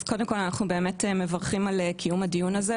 אז קודם כול אנחנו באמת מברכים על קיום הדיון הזה,